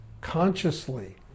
consciously